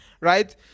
right